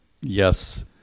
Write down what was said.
Yes